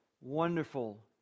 wonderful